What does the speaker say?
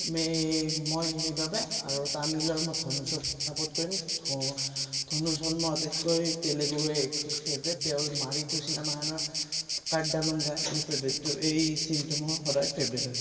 মে মই সেইবাবে আৰু তামিলৰ মই ধনুচক চাপৰ্ট কৰিম ধ ধনুচ হ'ল মোৰ আটাইতকৈ তেলেগুৰ এই ফেভ'ৰেট তেওঁৰ মাৰি টু চিনেমাখনৰ কাট দালুংগা এই ফেভৰেটটো এই চিনটো মোৰ সদায় ফেভৰেট হয়